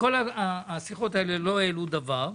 כל השיחות האלה לא העלו דבר.